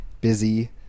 busy